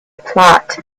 plot